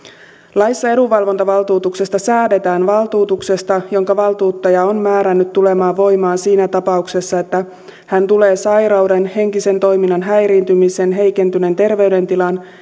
laissa edunvalvontavaltuutuksesta säädetään valtuutuksesta jonka valtuuttaja on määrännyt tulemaan voimaan siinä tapauksessa että hän tulee sairauden henkisen toiminnan häiriintymisen heikentyneen terveydentilan